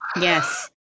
yes